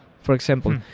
for example,